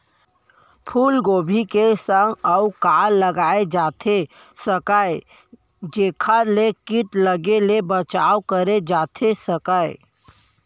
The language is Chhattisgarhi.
फूलगोभी के संग अऊ का लगाए जाथे सकत हे जेखर ले किट लगे ले बचाव करे जाथे सकय?